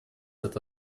это